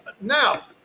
Now